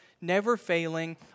never-failing